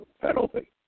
penalty